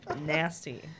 Nasty